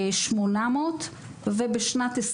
על השוויון ואי קיומו,